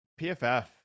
PFF